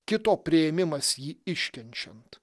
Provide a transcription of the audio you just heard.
kito priėmimas jį iškenčiant